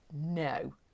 no